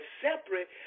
separate